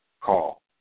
call